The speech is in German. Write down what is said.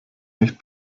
nicht